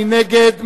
מי נגד?